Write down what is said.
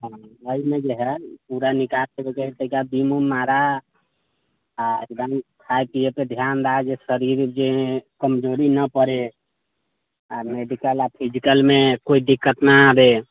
एहिमे जे हए पूरा निकालयके तरीका जिम विम मारह आ एकदम खाय पियैपर ध्यान दऽ जे शरीर जे कमजोरी ने पड़य आ मेडिकल आ फिजिकलमे कोइ दिक्कत नहि आबय